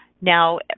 Now